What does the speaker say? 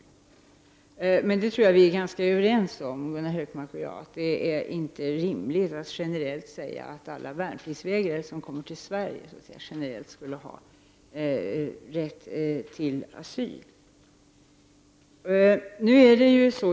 Jag tror att Gunnar Hökmark och jag är ganska överens om att det inte är rimligt att säga att alla värnpliktsvägrare som kommer till Sverige skall ha en generell rätt till asyl.